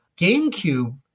GameCube